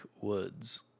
Woods